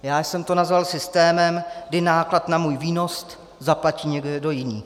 Já jsem to nazval systémem, kdy náklad na můj výnos zaplatí někdo jiný.